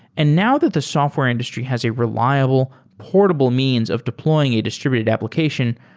and now that the software industry has a reliable, portable means of deploying a distributed application,